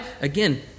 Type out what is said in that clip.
Again